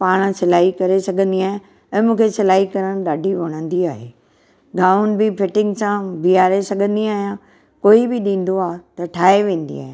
पाण सिलाई करे सघंदी आहे ऐं मूंखे सिलाई करणु ॾाढी वणंदी आहे गाउन बि फिटिंग सां बीहारे सघंदी आहियां कोई बि ॾींदो आहे त ठाहे वेंदी आहियां